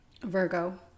Virgo